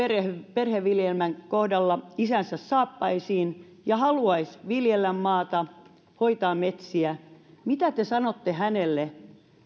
perheviljelmän kohdalla isänsä saappaisiin ja haluaa viljellä maata hoitaa metsiä niin mitä te sanotte hänelle